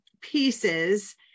pieces